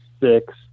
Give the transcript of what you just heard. six